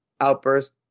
outburst